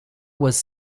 was